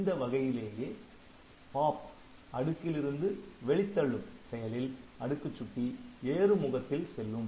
இந்த வகையிலேயே pop POP அடுக்கில் இருந்து வெளித்தள்ளும் செயலில் அடுக்குச் சுட்டி ஏறுமுகத்தில் செல்லும்